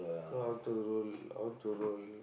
how to worry how to worry